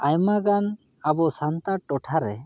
ᱟᱭᱢᱟ ᱜᱟᱱ ᱟᱵᱚ ᱥᱟᱱᱛᱟᱲ ᱴᱚᱴᱷᱟ ᱨᱮ